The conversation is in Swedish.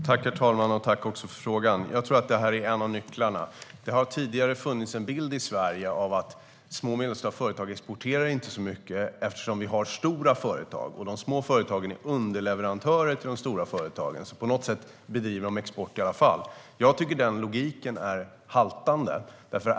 Herr talman! Jag tackar för frågan. Jag tror att detta är en av nycklarna. Det har tidigare funnits en bild i Sverige av att små och medelstora företag inte exporterar så mycket eftersom vi har stora företag och de små företagen är underleverantörer till dem. På något sätt bedriver de alltså export i alla fall. Jag tycker att den logiken haltar.